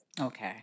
Okay